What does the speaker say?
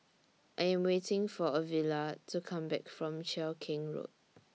I Am waiting For Ovila to Come Back from Cheow Keng Road